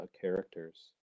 characters